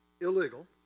illegal